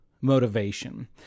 motivation